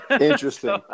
Interesting